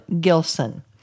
Gilson